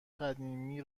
قدیمی